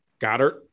Goddard